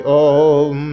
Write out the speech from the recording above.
om